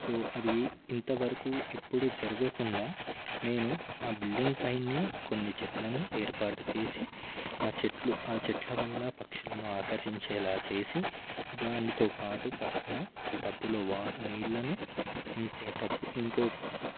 so అది ఇంతవరకు ఎప్పుడు జరగకుండా నేను మా బిల్డింగ్ పైనే కొన్ని చెట్లను ఏర్పాటు చేసి ఆ చెట్లు ఆ చెట్ల వల్ల పక్షులను ఆకర్షించేలా చేసి దానితో పాటు పక్కన ఒక టబ్బులో వా నీళ్లను ఇంకొక టబ్బు